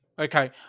Okay